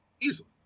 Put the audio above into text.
Easily